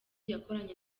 yakoranye